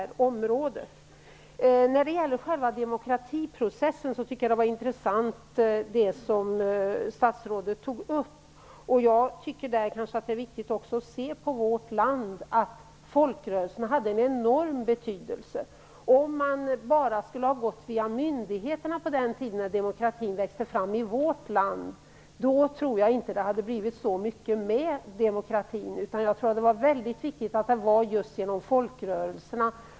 Jag tycker att det som statsrådet tog upp om själva demokratiprocessen var intressant. Jag tycker att det är viktigt att se att folkrörelserna i vårt land hade en enorm betydelse. Om man bara skulle ha gått via myndigheterna på den tiden då demokratin växte fram i vårt land tror jag inte att det hade blivit så mycket med den. Det var väldigt viktigt att det var just genom folkrörelserna.